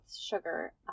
sugar